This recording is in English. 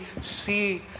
see